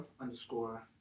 underscore